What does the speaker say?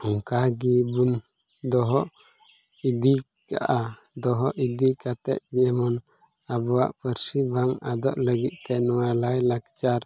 ᱚᱱᱠᱟ ᱜᱮ ᱵᱚᱱ ᱫᱚᱦᱚ ᱤᱫᱤ ᱠᱟᱜᱼᱟ ᱫᱚᱦᱚ ᱤᱫᱤ ᱠᱟᱛᱮᱫ ᱜᱮᱵᱚᱱ ᱟᱵᱚᱣᱟᱜ ᱯᱟᱹᱨᱥᱤ ᱵᱟᱝ ᱟᱫᱚᱜ ᱞᱟᱹᱜᱤᱫᱛᱮ ᱱᱚᱣᱟ ᱞᱟᱭᱼᱞᱟᱠᱪᱟᱨ